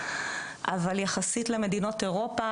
אבל יחסית למדינות אירופה,